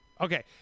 Okay